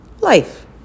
life